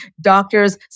Doctors